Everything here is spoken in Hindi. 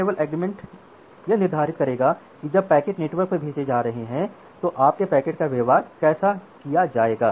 अब यह SLA यह निर्धारित करेगा कि जब पैकेट नेटवर्क पर जा रहे हैं तो आपके पैकेट का व्यवहार कैसे किया जाएगा